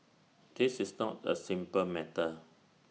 this is not A simple matter